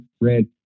red